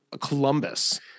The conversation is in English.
Columbus